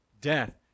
Death